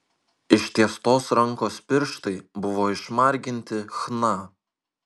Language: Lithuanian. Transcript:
ištiestos rankos pirštai buvo išmarginti chna